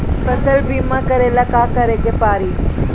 फसल बिमा करेला का करेके पारी?